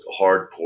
hardcore